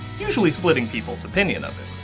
usually splitting people's opinion of him.